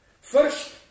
First